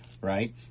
right